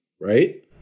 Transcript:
right